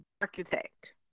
architect